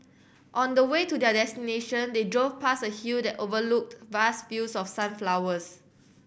on the way to their destination they drove past a hill that overlooked vast fields of sunflowers